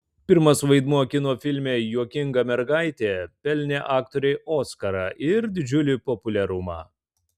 pirmas vaidmuo kino filme juokinga mergaitė pelnė aktorei oskarą ir didžiulį populiarumą